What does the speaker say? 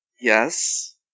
Yes